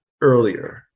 earlier